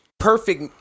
Perfect